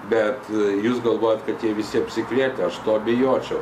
bet jūs galvojat kad jie visi apsikrėtę aš tuo abejočiau